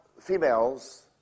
females